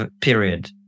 period